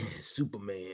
Superman